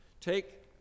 Take